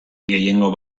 gehiengo